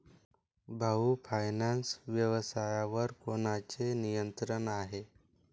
भाऊ फायनान्स व्यवसायावर कोणाचे नियंत्रण आहे?